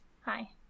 Hi